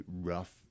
rough